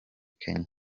kenya